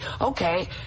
okay